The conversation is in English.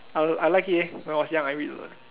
I like I like it leh when I was young I read